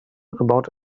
about